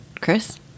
Chris